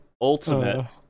ultimate